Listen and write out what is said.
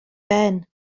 ben